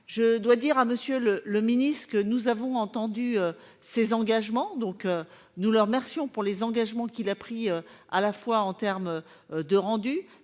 Je dois dire à monsieur le le ministre que nous avons entendu ses engagements donc nous le remercions pour les engagements qu'il a pris à la fois en terme. De rendu,